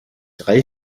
drei